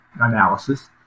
analysis